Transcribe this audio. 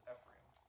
Ephraim